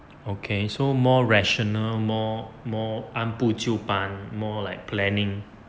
okay so more rational more more 按部就班 more like planning